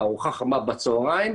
ארוחה חמה בצהריים,